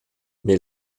mais